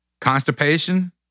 constipation